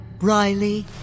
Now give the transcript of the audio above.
Riley